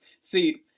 See